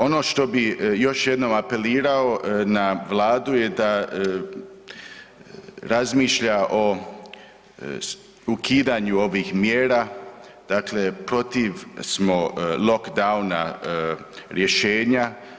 Ono što bih još jednom apelirao na Vladu je da razmišlja o ukidanju ovih mjera, dakle protiv smo lockdowna rješenja.